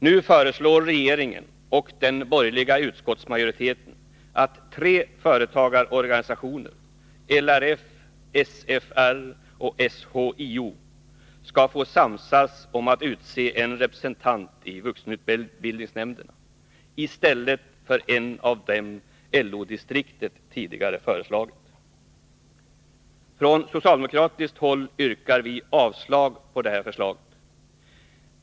Nu föreslår regeringen och den borgerliga utskottsmajoriteten att tre företagarorganisationer — LRF, SFR och SHIO — skall få samsas om att utse en representant i vuxenutbildningsnämnderna i stället för en av dem LO-distriktet tidigare föreslagit. Från socialdemokratiskt håll yrkar vi avslag på detta förslag.